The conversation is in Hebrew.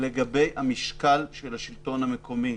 לגבי המשקל של השלטון המקומי,